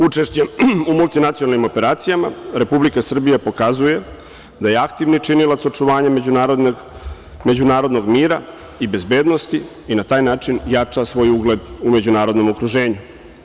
Učešćem u multinacionalnim operacijama Republika Srbija pokazuje da je aktivni činilac očuvanja međunarodnog mira i bezbednosti i na taj način jača svoj ugled u međunarodnom okruženju.